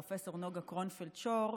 פרופ' נגה קרונפלד שור,